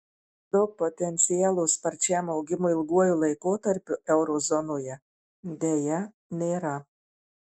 daug potencialo sparčiam augimui ilguoju laikotarpiu euro zonoje deja nėra